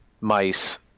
mice